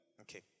Okay